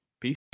Peace